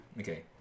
okay